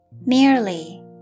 merely